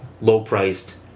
low-priced